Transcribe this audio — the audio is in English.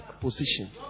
position